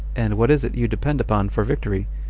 and what is it you depend upon for victory?